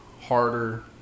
harder